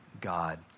God